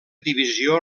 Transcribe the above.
divisió